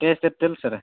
taste ಇತ್ತ ಇಲ್ಲ sir